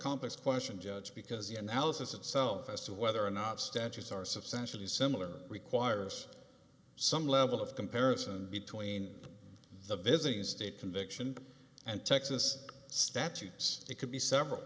complex question judge because the analysis itself as to whether or not statutes are substantially similar requires some level of comparison between the visiting state conviction and texas statutes it could be several